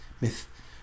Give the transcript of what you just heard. myth